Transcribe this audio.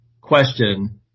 question